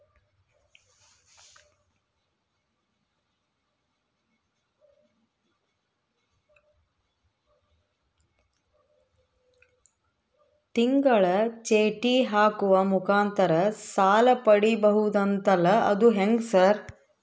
ತಿಂಗಳ ಚೇಟಿ ಹಾಕುವ ಮುಖಾಂತರ ಸಾಲ ಪಡಿಬಹುದಂತಲ ಅದು ಹೆಂಗ ಸರ್?